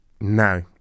No